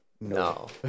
No